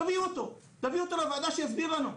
תביאו אותו, תביאו אותו לוועדה שיסביר לנו,